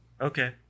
Okay